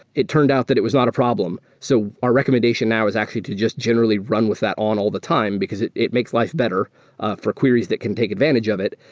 it turned out that it was not a problem. so our recommendation now is actually to just generally run with that on all the time, because it it makes life better ah for queries that can take advantage of it.